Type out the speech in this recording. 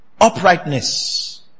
uprightness